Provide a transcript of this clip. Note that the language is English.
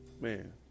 man